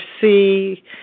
see